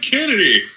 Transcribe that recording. Kennedy